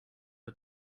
for